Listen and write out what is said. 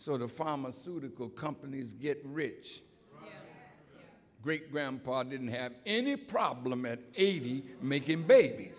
so the pharmaceutical companies get rich great grandpa didn't have any problem at eighty making babies